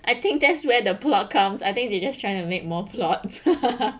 I think that's where the pull out comes I think they just trying to make more plots